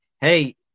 hey